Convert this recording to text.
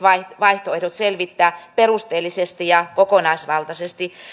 vaihtoehdot selvittää perusteellisesti ja kokonaisvaltaisesti